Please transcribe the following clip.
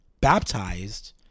Baptized